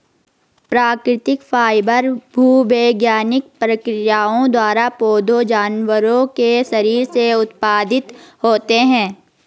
प्राकृतिक फाइबर भूवैज्ञानिक प्रक्रियाओं द्वारा पौधों जानवरों के शरीर से उत्पादित होते हैं